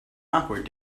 awkward